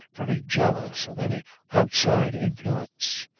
very jealous of any outside influence.